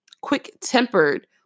quick-tempered